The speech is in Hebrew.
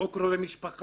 או קרובי משפחה,